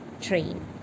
train